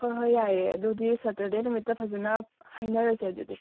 ꯍꯣꯏ ꯍꯣꯏ ꯌꯥꯏꯑꯦ ꯑꯗꯨꯗꯤ ꯁꯇꯔꯗꯦ ꯅꯨꯃꯤꯠꯇ ꯐꯖꯅ ꯍꯥꯏꯅꯔꯁꯦ ꯑꯗꯨꯗꯤ